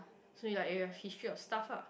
so it like it has history or stuff lah